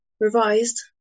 revised